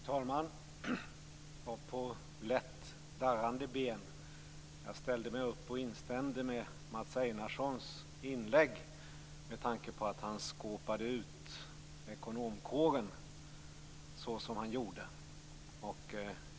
Fru talman! Det var på lätt darrande ben som jag ställde mig upp och instämde i Mats Einarssons inlägg, med tanke på att han skåpade ut ekonomkåren så som han gjorde.